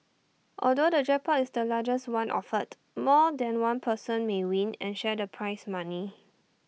although the jackpot is the largest one offered more than one person may win and share the prize money